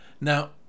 now